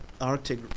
Arctic